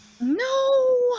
no